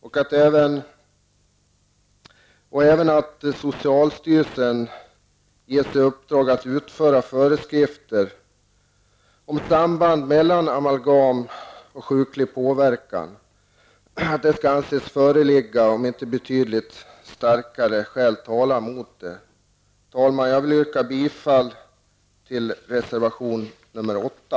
Vi föreslår även att socialstyrelsen ges i uppdrag att utfärda föreskrifter om att samband mellan amalagam och sjuklig påverkan skall anses föreligga om inte betydligt starkare skäl talar emot det. Herr talman! Jag vill yrka bifall till reservation nr 8.